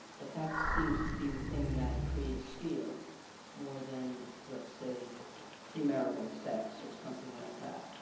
that that seems to be the thing that creates fear more than let's say pre-marital sex or something like that.